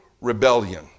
rebellion